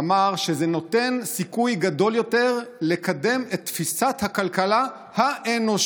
אמר שזה נותן סיכוי גדול יותר לקדם את תפיסת הכלכלה האנושית.